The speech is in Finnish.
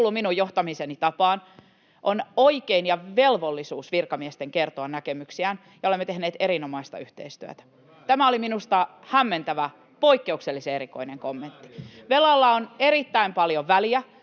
minun johtamiseni tapaan. On oikein ja velvollisuus virkamiesten kertoa näkemyksiään, ja olemme tehneet erinomaista yhteistyötä. Tämä oli minusta hämmentävä, poikkeuksellisen erikoinen kommentti. Velalla on erittäin paljon väliä,